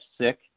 sick